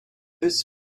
this